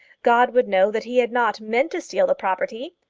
god would know that he had not meant to steal the property!